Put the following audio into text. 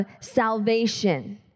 salvation